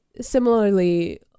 similarly